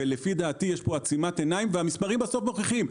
לדעתי, יש פה עצימת עיניים והמספרים מוכיחים.